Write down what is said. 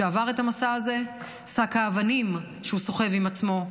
שעבר את המסע הזה: שק האבנים שהוא סוחב עם עצמו,